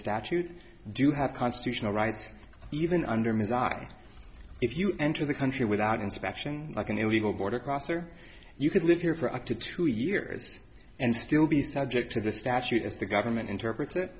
statute do have constitutional rights even under massai if you enter the country without inspection like an illegal border crosser you could live here for up to two years and still be subject to the statute as the government interpret